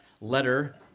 letter